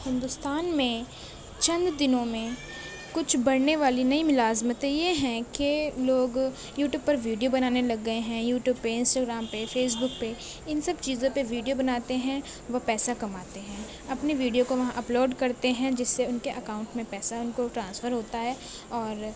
ہندوستان میں چند دنوں میں کچھ بڑھنے والی نئی ملازمتیں یہ ہیں کہ لوگ یوٹیوب پر ویڈیو بنانے لگ گئے ہیں یوٹیوب پہ انسٹاگرام پہ فیس بک پہ ان سب چیزوں پہ ویڈیو بناتے ہیں وہ پیسہ کماتے ہیں اپنی ویڈیو کو وہاں اپلوڈ کرتے ہیں جس سے ان کے اکاؤنٹ میں پیسہ ان کو ٹرانسفر ہوتا ہے اور